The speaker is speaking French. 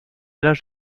l’âge